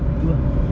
tu lah